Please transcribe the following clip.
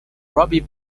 robbie